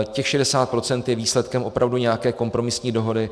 Těch 60 % je výsledkem opravdu nějaké kompromisní dohody.